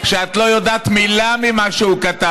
רבי שלום שבזי, שאת לא יודעת מילה ממה שהוא כתב.